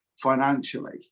financially